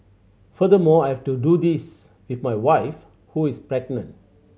furthermore I have to do this with my wife who is pregnant